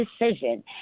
decision